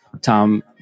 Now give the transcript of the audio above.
Tom